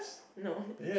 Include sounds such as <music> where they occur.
no <noise>